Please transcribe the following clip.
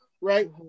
right